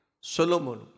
Solomon